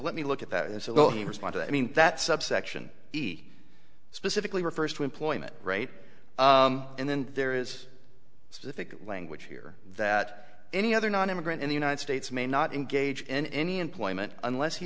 let me look at that and so he responded i mean that subsection he specifically refers to employment rate and then there is specific language here that any other nonimmigrant in the united states may not engage in any employment unless he